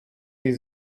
sie